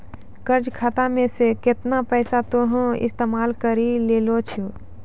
कर्जा खाता मे से केतना पैसा तोहें इस्तेमाल करि लेलें छैं